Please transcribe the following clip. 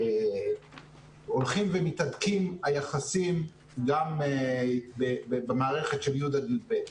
הולכים ומתהדקים היחסים גם במערכת של י' עד י"ב.